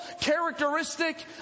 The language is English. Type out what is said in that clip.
characteristic